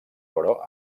però